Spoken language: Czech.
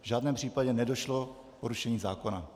V žádném případě nedošlo k porušení zákona.